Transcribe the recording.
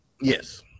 Yes